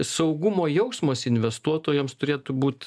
saugumo jausmas investuotojams turėtų būt